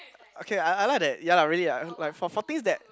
okay I I like that ya lah really lah like for for things that